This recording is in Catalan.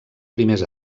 primers